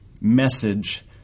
message